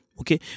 okay